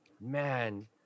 man